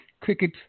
cricket